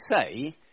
say